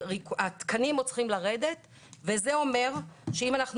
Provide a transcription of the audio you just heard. שהתקנים צריכים עוד לרדת וזה אומר שאם אנחנו